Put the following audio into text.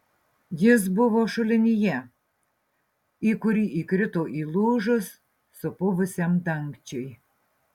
jis buvo šulinyje į kurį įkrito įlūžus supuvusiam dangčiui